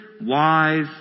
wise